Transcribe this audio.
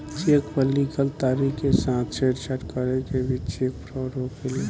check पर लिखल तारीख के साथ छेड़छाड़ करके भी चेक फ्रॉड होखेला